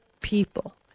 people